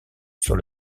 sur